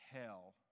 hell